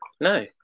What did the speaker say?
No